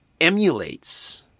emulates